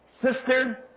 Sister